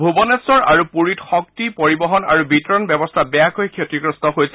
ভূৰনেশ্বৰ আৰু পুৰীত শক্তি পৰিবহণ আৰু বিতৰণ ব্যৱস্থা বেয়াকৈ ক্ষতিগ্ৰস্ত হৈছে